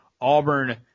Auburn